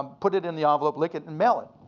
um put it in the envelope, lick it and mail it.